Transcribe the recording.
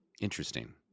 Interesting